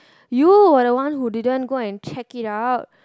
you were the one who didn't go and check it out